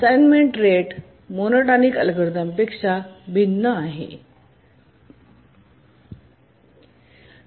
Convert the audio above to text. assignment rate monotonic अल्गोरिदमपेक्षा भिन्न आहे